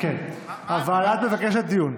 אבל את מבקשת דיון.